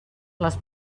les